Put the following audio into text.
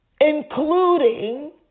including